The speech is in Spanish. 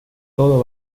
todo